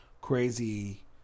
crazy